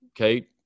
Okay